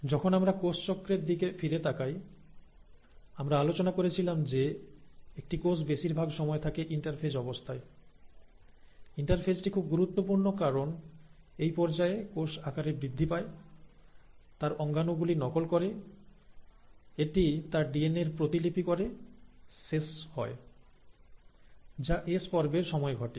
যখন আমরা কোষচক্রের দিকে ফিরে তাকাই আমরা আলোচনা করেছিলাম যে একটি কোষ বেশিরভাগ সময় থাকে ইন্টারফেজ অবস্থায় ইন্টারফেসটি খুব গুরুত্বপূর্ণ কারণ এই পর্যায়ে কোষ আকারে বৃদ্ধি পায় তার অঙ্গাণু গুলি নকল করে এটি তার ডিএনএর প্রতিলিপি করে শেষ হয় যা এস পর্বের সময় ঘটে